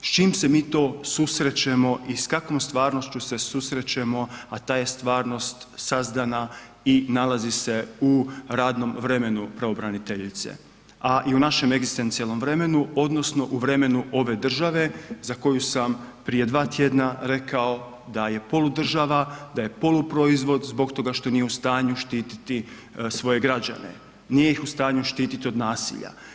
S čim se mi to susrećemo i s kakvom stvarnošću se susrećemo, a ta je stvarnost sazdana i nalazi se u radnom vremenu pravobraniteljice, a i u našem egzistencijalnom vremenu odnosno u vremenu ove države za koju sam prije dva tjedna rekao da je poludržava, da je poluproizvod zbog toga što nije u stanju štititi svoje građane, nije ih u stanju štititi od nasilja.